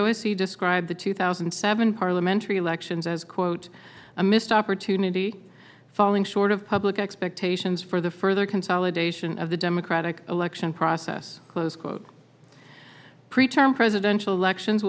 oas he described the two thousand and seven parliamentary elections as quote a missed opportunity falling short of public expectations for the further consolidation of the democratic election process close quote pre term presidential elections